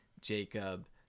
Jacob